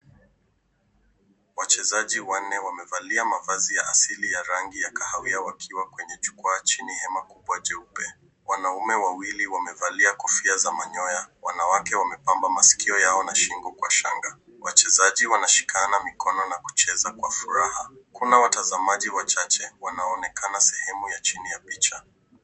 Wachezaji wanne wamevalia mavazi ya asili ya rangi ya kahawia wakiwa kwenye jukwaa , chini hema kubwa jeupe. Wanaume wawili wamevalia kofia za manyoya, wanawake wamepamba masikio yao na shingo kwa shanga. Wachezaji wanashikana mikono na kucheza kwa furaha. Kuna watazamaji wachache wanaonekana sehemu ya chini ya picha.